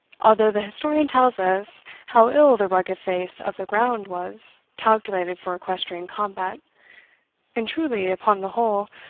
although the historian tells us how ill the rugged face of the ground was calculated for equestrian combat and truly, upon the whole,